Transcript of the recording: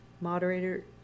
Moderator